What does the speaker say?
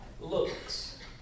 looks